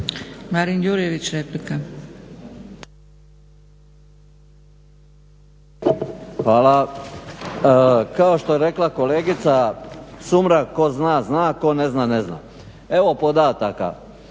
Marin (SDP)** Hvala. Kao što je rekla kolegica Sumrak tko zna, zna, tko ne zna, ne zna. Evo podataka.